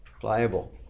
Pliable